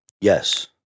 Yes